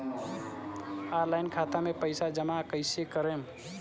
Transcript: Online खाता मे पईसा जमा कइसे करेम?